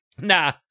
Nah